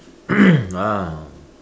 ah